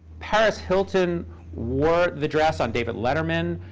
paris hilton wore the dress on david letterman,